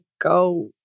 go